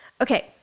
Okay